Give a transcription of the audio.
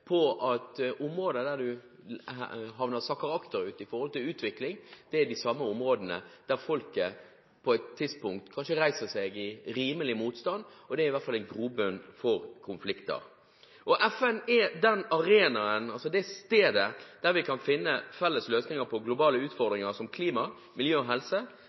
på at områder der en sakker akterut i utvikling, er de samme områdene der folket på et tidspunkt kanskje reiser seg i rimelig motstand, og det gir i hvert fall grobunn for konflikter. FN er det stedet vi kan finne felles løsninger på globale utfordringer som klima, miljø og helse,